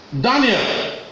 Daniel